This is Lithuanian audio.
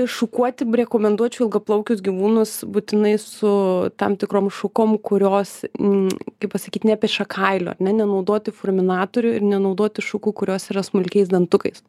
šukuoti rekomenduočiau ilgaplaukius gyvūnus būtinai su tam tikrom šukom kurios m kaip pasakyt nepeša kailio ar ne nenaudoti furminatorių ir nenaudoti šukų kurios yra smulkiais dantukais